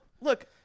Look